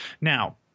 Now